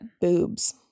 boobs